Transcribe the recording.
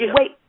Wait